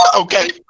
Okay